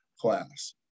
class